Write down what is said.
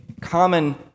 common